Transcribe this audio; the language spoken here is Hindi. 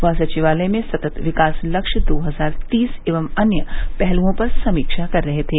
वह सचिवालय में सतत विकास लक्ष्य दो हजार तीस एवं अन्य पहलुओं पर समीक्षा कर रहे थे